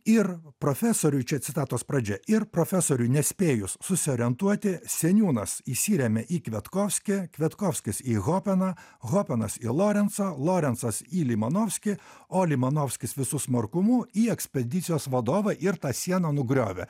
ir profesoriui čia citatos pradžia ir profesoriui nespėjus susiorientuoti seniūnas įsiremia į kviatkovskį kviatkovskis į hopeną hopenas į lorencą lorencas į limanovkį o limanovskis visu smarkumu į ekspedicijos vadovą ir tą sieną nugriovė